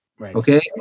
Okay